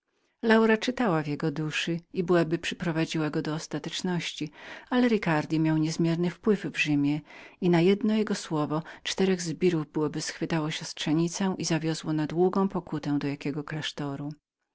laura czytała w jego duszy i byłaby przyprowadziła go do ostateczności ale ricardi miał niezmierny wpływ w rzymie i na jedno jego słowo czterech zbirów byłoby schwyciło siostrzenicę i zawiozło na długą pokutę do jakiego klasztoru